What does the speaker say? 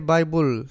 Bible